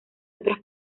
otras